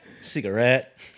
cigarette